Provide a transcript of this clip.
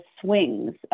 swings